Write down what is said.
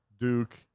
duke